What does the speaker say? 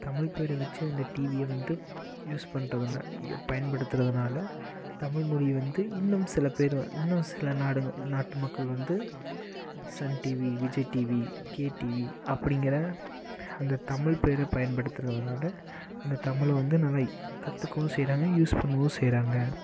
தமிழ் பேர் வெச்சே இந்த டிவியை வந்து யூஸ் பண்ணுறதுங்க பயன்படுத்துறதினால தமிழ்மொழியை வந்து இன்னும் சில பேர் இன்னும் சில நாடுங்க நாட்டு மக்கள் வந்து Sun TV Vijay TV K TV அப்பிடிங்கிற அந்த தமிழ் பேரை பயன்படுத்துறதினால அந்த தமிழ் வந்து நல்லா கற்றுக்கவும் செய்கிறாங்க யூஸ் பண்ணவும் செய்கிறாங்க